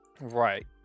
Right